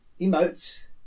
emotes